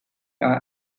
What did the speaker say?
are